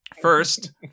first